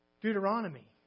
Deuteronomy